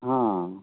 ହଁ